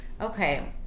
Okay